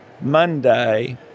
Monday